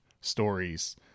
stories